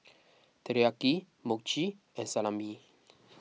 Teriyaki Mochi and Salami